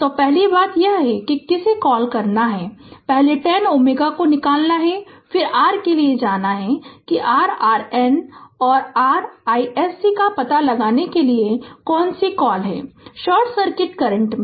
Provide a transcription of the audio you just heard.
तो पहली बात यह है कि किस कॉल को करना है पहले 10 Ω को निकालना है फिर r के लिए जाना है कि r RN और r iSC का पता लगाने के लिए कौन सी कॉल है शॉर्ट सर्किट करंट में